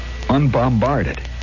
unbombarded